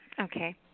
Okay